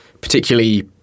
particularly